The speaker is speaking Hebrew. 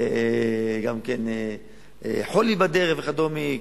גם חולי בדרך וכדומה,